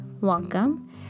Welcome